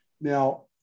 Now